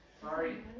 sorry